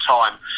time